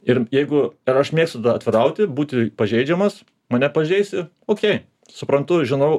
ir jeigu ir aš mėgstu tada atvirauti būti pažeidžiamas mane pažeisi okey suprantu žinau